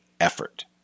effort